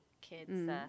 kids